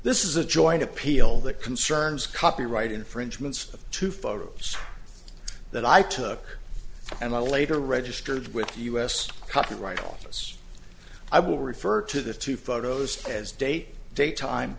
this is a joint appeal that concerns copyright infringements of two photos that i took and i later registered with us copyright office i will refer to the two photos as date daytime